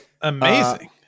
Amazing